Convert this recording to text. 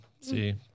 see